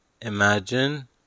imagine